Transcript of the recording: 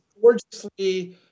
gorgeously